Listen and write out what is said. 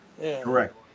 Correct